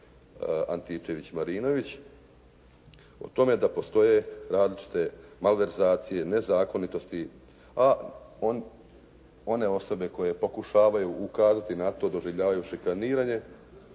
Antičević-Marinović o tome da postoje različite malverzacije, nezakonitosti a one osobe koje pokušavaju ukazati na to doživljavaju šikaniranje,